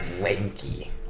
lanky